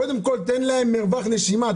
קודם תן להם מרווח נשימה.